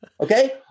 Okay